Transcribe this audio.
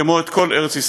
כמו את כל ארץ-ישראל.